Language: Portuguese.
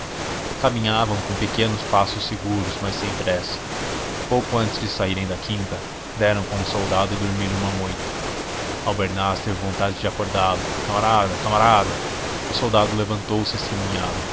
caminhavam com pequenos passos seguros mas sem pressa pouco antes de saírem da quinta deram com um soldado a dormir numa moita albernaz teve vontade de